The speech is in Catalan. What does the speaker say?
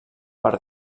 per